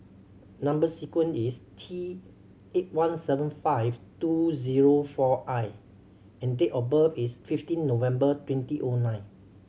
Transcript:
number sequence is T eight one seven five two zero four I and date of birth is fifteen November twenty O nine